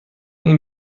این